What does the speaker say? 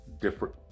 different